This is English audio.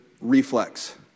reflex